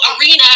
Arena